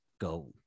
go